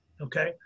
okay